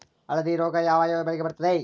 ಹಳದಿ ರೋಗ ಯಾವ ಯಾವ ಬೆಳೆಗೆ ಬರುತ್ತದೆ?